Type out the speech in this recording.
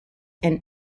and